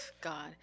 God